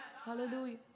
Hallelujah